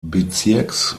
bezirks